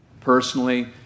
personally